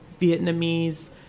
Vietnamese